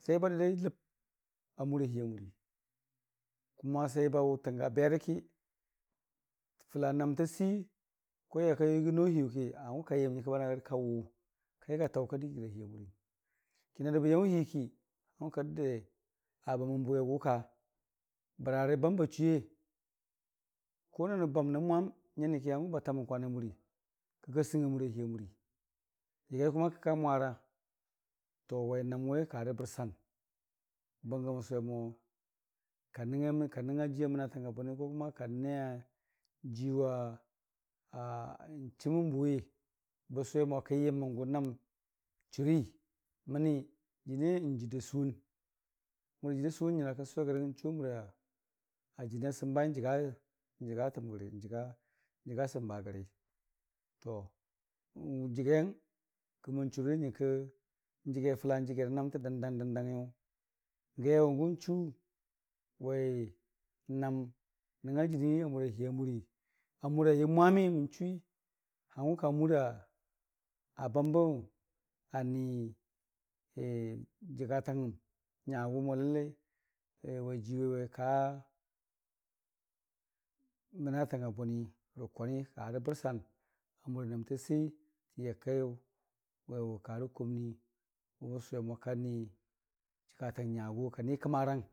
ba dədai lɨb amuralii amurii tənfa berəki fəla nəmta sei tən yakaiyʊ yəgii no hii yuli hangʊ kayəm nyəralə ba nəngnga gərəka wʊwʊng ka yəgga taɨka dəgi rəgaliiya murii, ka nanʊ bə yaʊn hiiki ki hangʊ ka dədai abəmən bʊwi agʊka bərarə bam ba chuiiye nənʊ bamnən mwam nyaniki həngʊba tamən kwan a murii kika sɨng a murii a niiya murii yəgai, kika mwara, wai namwe karə bərsan bəngən sʊwomo kanəng- kənəng ngaimən jiiya mənatang a bʊniyʊ ka nəngnga jiiwa a n'chumən buwii bən sʊ we mo kən yəmmən gʊ nam churii məni jənii n'jiida suwun, amura jiida suwum nyərakən sʊwe rəgəng n'chuwa mura a jəna səmbai n'jəga n'jəgatəm gəri n'jəga səmbagəri n'jəge fəla n'jəge nəmtə gərə fəndang dən danggən, gaiwʊ gʊmchu wai nam nəngnga jənii amura hii a murii amura yə mwami yən chuwi hangʊ ka mura a bambə ani jəgatangngəm nyagʊ mo wai jiiwaiwe kaa ni mən atang a bʊni rə kwanii karə bərsan amura nəmta seitən ya kaiyʊ waiwʊ karə kumni wʊ n'sʊwe mo kani jəgatang nyagʊ.